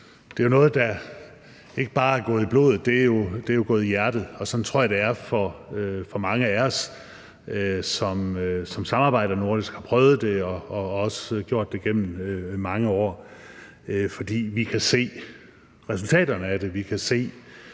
det er noget, der ikke bare er gået i blodet, men er gået i hjertet. Og sådan tror jeg det er for mange af os, som samarbejder nordisk, som har prøvet det og også gjort det gennem mange år. For vi kan se resultaterne af det.